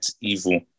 evil